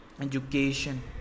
education